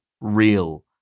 real